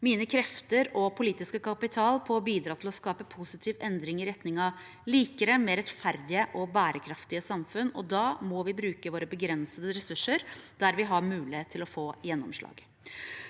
mine krefter og min politiske kapital på å bidra til å skape positiv endring i retning av likere, mer rettferdige og bærekraftige samfunn. Da må vi bruke våre begrensede ressurser der vi har mulighet til å få gjennomslag.